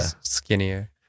skinnier